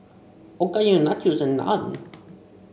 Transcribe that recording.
Okayu Nachos and Naan